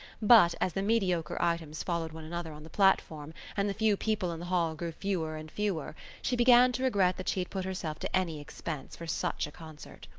but, as the mediocre items followed one another on the platform and the few people in the hall grew fewer and fewer, she began to regret that she had put herself to any expense for such a concert.